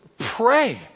Pray